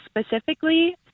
specifically